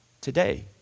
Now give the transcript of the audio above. today